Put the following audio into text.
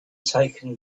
taken